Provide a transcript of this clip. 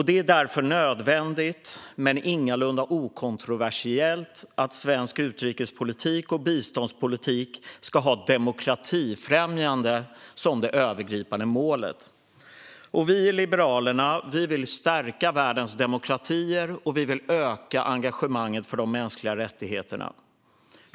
Det är därför nödvändigt, men ingalunda okontroversiellt, att svensk utrikespolitik och biståndspolitik har demokratifrämjande som det övergripande målet. Vi i Liberalerna vill stärka världens demokratier och öka engagemanget för de mänskliga rättigheterna.